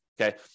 Okay